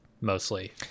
mostly